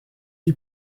qui